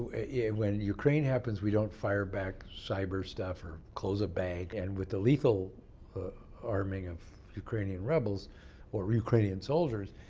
ah yeah when ukraine happens, we don't fire back cyber stuff or close a bank. and with the lethal arming of ukrainian rebels or ukrainian soldiers,